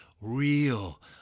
real